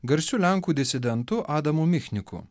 garsiu lenkų disidentu adamu michniku